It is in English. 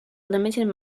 limited